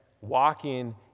walking